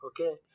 Okay